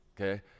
Okay